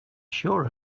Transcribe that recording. sure